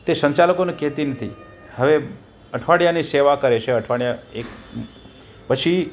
તે સંચાલકોને કહેતી નથી હવે અઠવાડિયાની સેવા કરે છે અઠવાડિયા એક પછી